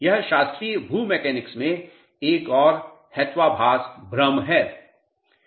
यह शास्त्रीय भू मैकेनिक्स में एक और हेत्वाभास भ्रम है